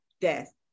death